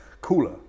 cooler